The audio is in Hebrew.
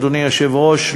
אדוני היושב-ראש,